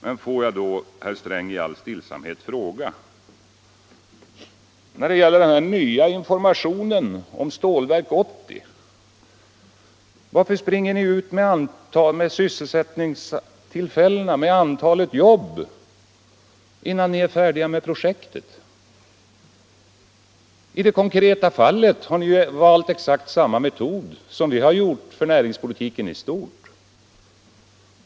Men, herr Sträng, får jag då i all stillhet fråga: Varför springer ni, när det gäller den nya informationen om Stålverk 80, ut med antalet jobb där, innan ni är färdiga med projektet? I det konkreta fallet har ni ju valt exakt samma metod som vi har gjort för näringspolitiken i stort.